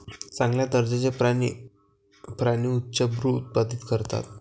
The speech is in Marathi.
चांगल्या दर्जाचे प्राणी प्राणी उच्चभ्रू उत्पादित करतात